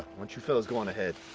don't you fellas go on ahead?